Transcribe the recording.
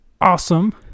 awesome